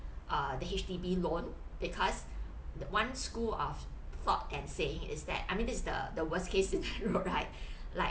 err the H_D_B loan because one school of thought and saying is that I mean this is the worst case scenario right like